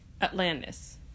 Atlantis